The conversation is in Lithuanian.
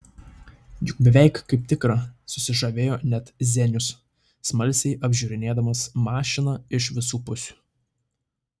juk beveik kaip tikra susižavėjo net zenius smalsiai apžiūrinėdamas mašiną iš visų pusių